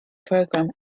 program